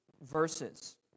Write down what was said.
verses